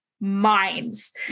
minds